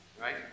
Right